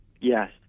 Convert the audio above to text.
Yes